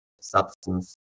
substance